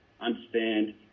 understand